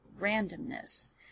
randomness